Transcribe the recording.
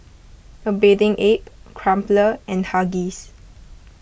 A Bathing Ape Crumpler and Huggies